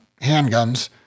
handguns